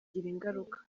ingaruka